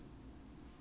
try lah